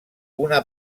una